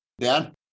Dan